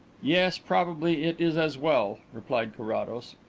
yes probably it is as well, replied carrados.